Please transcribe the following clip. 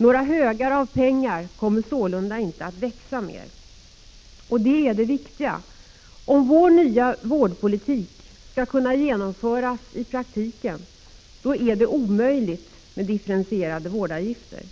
Några högar av pengar kommer sålunda inte att växa mer. Detta är det viktiga. Om vår nya vårdpolitik skall kunna genomföras i praktiken är det omöjligt med differentierade vårdavgifter.